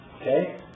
Okay